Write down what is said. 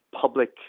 public